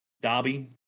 Derby